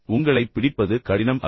உங்களை பிடிப்பது கடினம் அல்ல